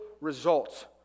results